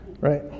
right